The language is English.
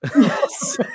Yes